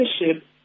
leadership